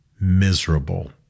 miserable